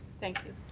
thank you.